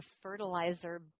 fertilizer